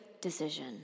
decision